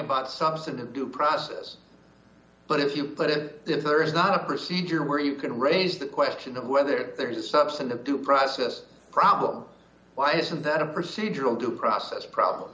about substantive due process but if you put it there is not a procedure where you can raise the question of whether there's a substantive due process problem why isn't that a procedural due process problem